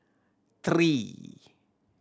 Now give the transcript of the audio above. three